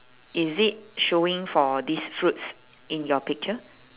is it showing for these fruits in your picture